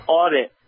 audit